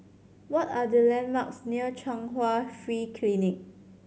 what are the landmarks near Chung Hwa Free Clinic